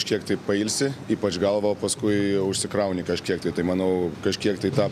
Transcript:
kažkiek tai pailsi ypač galvą o paskui užsikrauni kažkiek tai tai manau kažkiek tai tą